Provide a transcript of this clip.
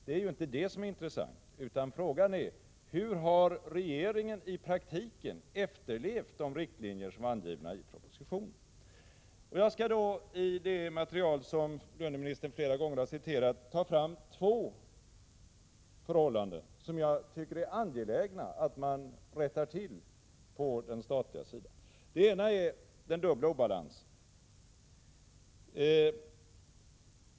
Det är nu inte det intressanta, utan frågan är: Hur har regeringen i praktiken efterlevt de riktlinjer som är angivna i propositionen? I det material som löneministern flera gånger har citerat skall jag ta fram två förhållanden på den statliga sidan som jag tycker det är angeläget att rätta till. Det ena är den dubbla obalansen.